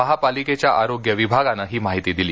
महापालिकेच्या आरोग्य विभागानं ही माहिती दिली